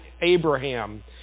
Abraham